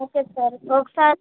okay sir ఒకసారి